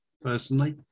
personally